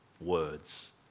words